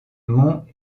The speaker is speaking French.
mont